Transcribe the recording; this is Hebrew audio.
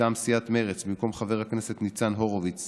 מטעם סיעת מרצ, במקום חבר הכנסת ניצן הורוביץ